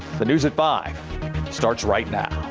the news at five starts right now.